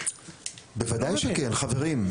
בוודאי שכן, חברים.